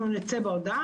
אנחנו נצא בהודעה.